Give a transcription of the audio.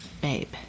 babe